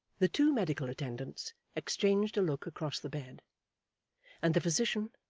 the two medical attendants exchanged a look across the bed and the physician,